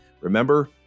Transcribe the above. Remember